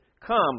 Come